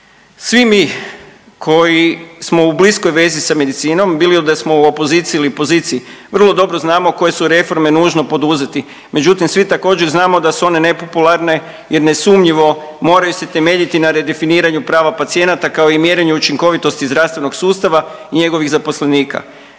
Svi mi koji smo u bliskoj vezi sa medicinom, bili da smo u opoziciji ili poziciji vrlo dobro znamo koje su reforme nužno poduzeti, međutim svi također znamo da su one nepopularne jer nesumnjivo moraju se temeljiti na redefiniranju prava pacijenata, kao i mjerenju učinkovitosti zdravstvenog sustava i njegovih zaposlenika.